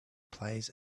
plays